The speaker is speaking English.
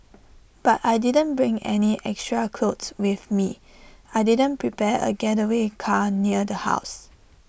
but I didn't bring any extra clothes with me I didn't prepare A getaway car near the house